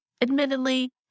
Admittedly